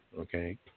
Okay